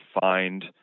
find